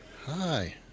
Hi